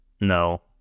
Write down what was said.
No